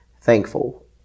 thankful